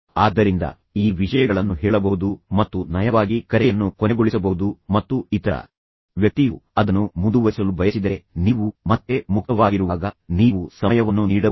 ಆದ್ದರಿಂದ ಈ ವಿಷಯಗಳನ್ನು ನೀವು ಹೇಳಬಹುದು ಮತ್ತು ನಂತರ ನೀವು ನಯವಾಗಿ ಕರೆಯನ್ನು ಕೊನೆಗೊಳಿಸಬಹುದು ಮತ್ತು ಇತರ ವ್ಯಕ್ತಿಯು ಅದನ್ನು ಮುಂದುವರಿಸಲು ಬಯಸಿದರೆ ನೀವು ಮತ್ತೆ ಮುಕ್ತವಾಗಿರುವಾಗ ನೀವು ಸಮಯವನ್ನು ನೀಡಬಹುದು